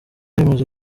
rimaze